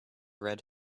red